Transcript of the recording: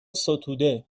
ستوده